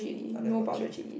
I like powder chilli